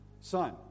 son